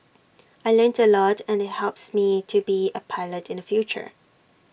I learnt A lot and IT helps me to be A pilot in the future